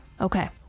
Okay